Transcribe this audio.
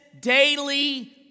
daily